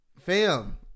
Fam